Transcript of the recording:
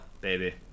baby